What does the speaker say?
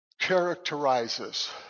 characterizes